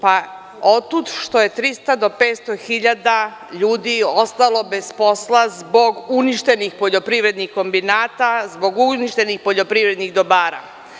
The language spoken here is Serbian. Pa, otud što je 300-500.000 ljudi ostalo bez posla zbog uništenih poljoprivrednih kombinata, zbog uništenih poljoprivrednih dobara.